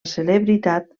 celebritat